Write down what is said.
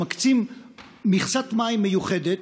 שמקצים מכסת מים מיוחדת,